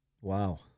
Wow